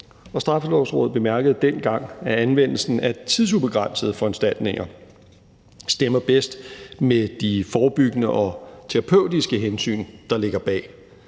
Straffelovsrådet bemærkede dengang, at anvendelsen af tidsubegrænsede foranstaltninger stemmer bedst med de forebyggende og terapeutiske hensyn, der ligger bag.